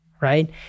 right